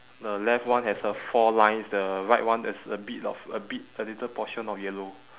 the left one has a four lines the right one there's a bit of a bit a little portion of yellow